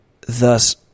thus